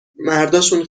مرداشون